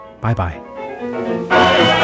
Bye-bye